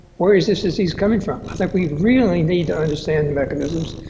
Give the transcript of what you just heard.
where is this disease coming from? i think we really need to understand the mechanisms.